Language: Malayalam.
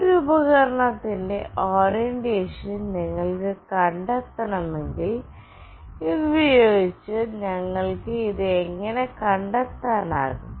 ഒരു ഉപകരണത്തിന്റെ ഓറിയന്റേഷൻ നിങ്ങൾക്ക് കണ്ടെത്തണമെങ്കിൽ ഇത് ഉപയോഗിച്ച് ഞങ്ങൾക്ക് ഇത് എങ്ങനെ കണ്ടെത്താനാകും